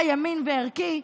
היה ימין וערכי,